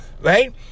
Right